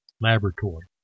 laboratory